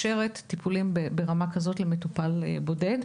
טיפולים ברמה כזאת למטופל בודד.